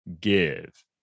give